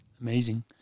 amazing